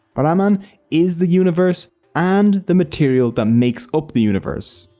brahman is the universe and the material that makes up the universe.